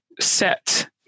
set